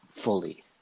fully